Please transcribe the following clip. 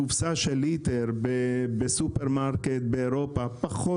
קופסה של ליטר בסופרמרקט באירופה פחות